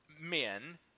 men